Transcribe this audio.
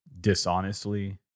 dishonestly